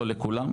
לא לכולם,